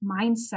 mindset